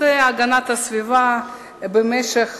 נושא הגנת הסביבה במשך